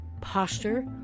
posture